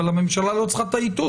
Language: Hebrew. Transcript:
אבל הממשלה לא צריכה את האיתות,